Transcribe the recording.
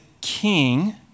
king